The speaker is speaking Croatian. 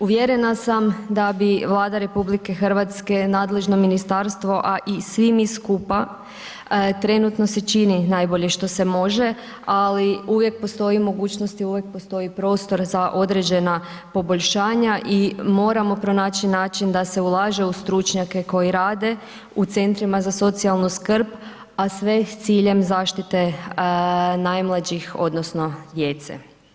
Uvjerena sam da bi Vlada RH, nadležno ministarstvo a i svi mi skupa trenutno se čini najbolje što se može ali uvijek postoji mogućnost i uvijek postoji prostor za određena poboljšanja i moramo pronaći način da se ulaže u stručnjake koji rade u centrima za socijalnu skrb a sve s ciljem zaštite najmlađih odnosno djece.